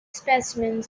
specimens